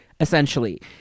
essentially